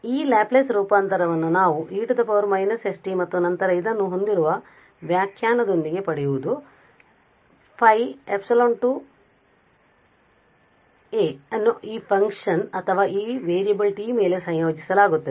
ಆದ್ದರಿಂದ ಈ ಲ್ಯಾಪ್ಲೇಸ್ ರೂಪಾಂತರವನ್ನು ನಾವು e −st ಮತ್ತು ನಂತರ ಇದನ್ನು ಹೊಂದಿರುವ ವ್ಯಾಖ್ಯಾನದೊಂದಿಗೆ ಪಡೆಯುವುದು a ಅನ್ನು ಈ ಫಂಕ್ಷನ್ ಅಥವಾ ಈ ವೇರಿಯಬಲ್ t ಮೇಲೆ ಸಂಯೋಜಿಸಲಾಗುತ್ತದೆ